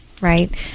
right